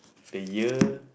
the year